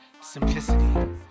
simplicity